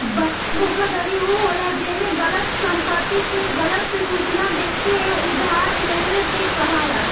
बंधक धोखाधड़ी उ होला जेमे गलत संपत्ति के गलत सूचना देके उधार लेवे के कहाला